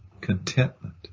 contentment